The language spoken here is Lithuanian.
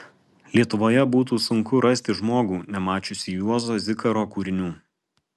lietuvoje būtų sunku rasti žmogų nemačiusį juozo zikaro kūrinių